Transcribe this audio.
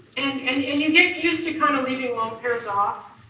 and and and you get used to kind of leaving lone pairs off.